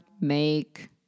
Make